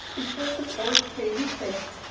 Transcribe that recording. and first of all to pay his debts.